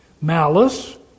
malice